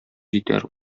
җитәр